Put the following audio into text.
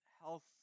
health